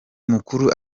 mukuru